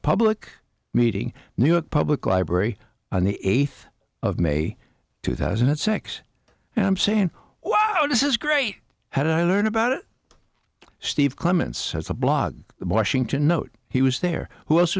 public meeting new york public library on the eighth of may two thousand and six and i'm saying wow this is great had i learned about it steve clements has a blog washington note he was there who else